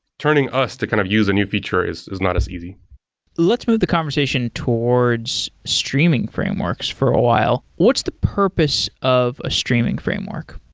turning us to kind of use a new feature is is not as easy let's move the conversation towards streaming frameworks for a while. what's the purpose of a streaming framework?